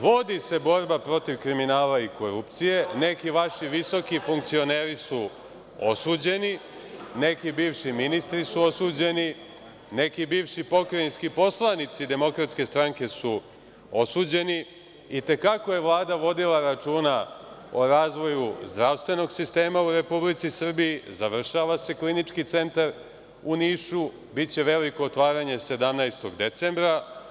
Vodi se borba protiv kriminala i korupcije, neki vaši visoki funkcioneri su osuđeni, neki bivši ministri su osuđeni, neki bivši pokrajinski poslanici DS su osuđeni, i te kako je Vlada vodila računa o razvoju zdravstvenog sistema u Republici Srbiji, završava se Klinički centar u Nišu, biće veliko otvaranje 17. decembra.